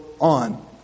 on